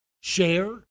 share